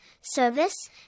service